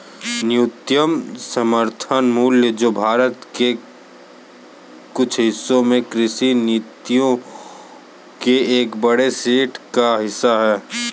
न्यूनतम समर्थन मूल्य जो भारत के कुछ हिस्सों में कृषि नीतियों के एक बड़े सेट का हिस्सा है